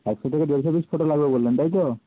একশো থেকে দেড়শো পিস ফটো লাগবে বললেন তাই তো